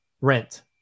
Rent